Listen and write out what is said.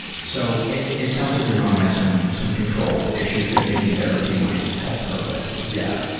so, it it sounds like your mom has some some control issues that maybe therapy might help her with. yeah.